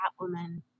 Catwoman